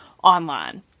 online